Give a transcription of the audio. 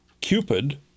Cupid